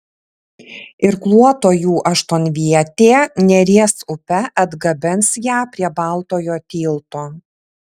irkluotojų aštuonvietė neries upe atgabens ją prie baltojo tilto